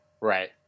Right